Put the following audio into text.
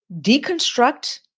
deconstruct